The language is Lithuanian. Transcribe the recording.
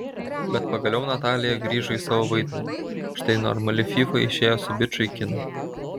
bet pagaliau natalija grįžo į savo vaidmenį štai normali fyfa išėjo su biču į kiną